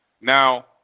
Now